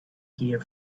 here